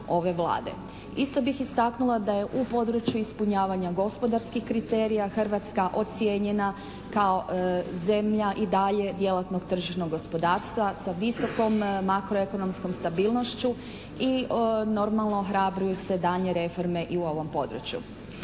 ove Vlade. Isto bih istaknula da je u području ispunjavanja gospodarskih kriterija Hrvatska ocijenjena kao zemlja i dalje djelatnog tržišnog gospodarstva sa visokom makroekonomskom stabilnošću i normalno ohrabruju se daljnje reforme i u ovom području.